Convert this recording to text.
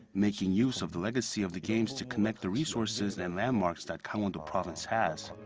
making use of the legacy of the games to connect the resources and landmarks that gangwon-do province has.